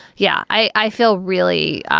yeah, i i feel really,